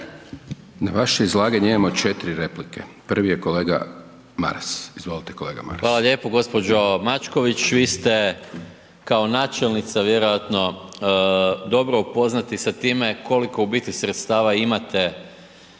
Na vaše izlaganje imamo 4 replike, prvi je kolega Maras, izvolite kolega Maras. **Maras, Gordan (SDP)** Hvala lijepo gđo. Mačković, vi ste kao načelnica vjerojatno dobro upoznati sa time koliko u biti sredstava imate